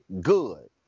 Good